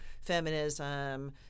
feminism